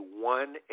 one